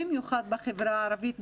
במיוחד בחברה הערבית,